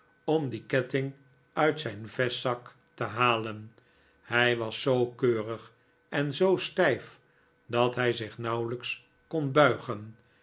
om dien ketting uit zijn vestzak te halen hij was zoo keurig en zoo stijf dat hij zich nauwelijks kon buigen